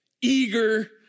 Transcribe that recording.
Eager